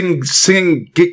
singing